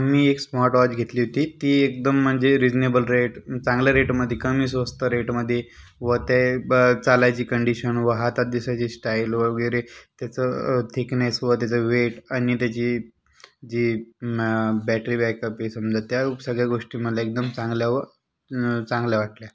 मी एक स्मार्टवॉच घेतली होती ती एकदम म्हणजे रिझनेबल रेट चांगल्या रेटमध्ये कमी स्वस्त रेटमध्ये व ते चालायची कंडिशन व हातात दिसायची स्टाइल वगैरे त्याचं थिकनेस व त्याचं वेट आणि त्याची जी बॅटरी बॅकअप हे समजा त्या सगळ्या गोष्टी मला एकदम चांगल्या व चांगल्या वाटल्या